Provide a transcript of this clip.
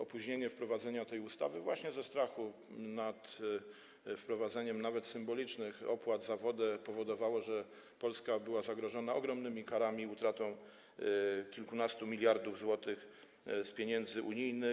Opóźnienie we wprowadzeniu tej ustawy wynikające ze strachu przed wprowadzeniem nawet symbolicznych opłat za wodę powodowało, że Polska była zagrożona ogromnymi karami i utratą kilkunastu miliardów złotych z pieniędzy unijnych.